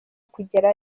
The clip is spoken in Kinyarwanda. kugera